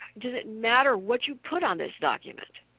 does it matter what you put on this document?